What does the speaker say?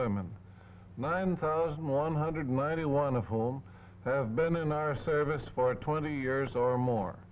women nine thousand one hundred ninety one of whom have been in our service for twenty years or more